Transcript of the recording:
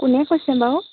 কোনে কৈছে বাৰু